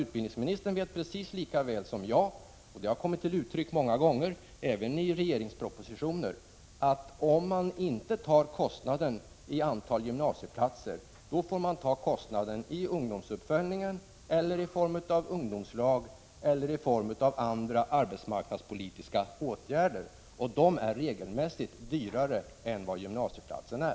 Utbildningsministern vet lika väl som jag — det har kommit till uttryck många gånger även i regeringspropositioner — att om man inte tar kostnaden i antal gymnasieplatser så får man ta kostnaden i ungdomsuppföljningen eller i form av ungdomslag eller andra arbetsmarknadspolitiska åtgärder, och de är regelmässigt dyrare än vad gymnasieplatserna är.